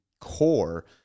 core